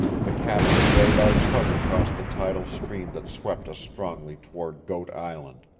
the captain laid our tug across the tidal stream that swept us strongly toward goat island.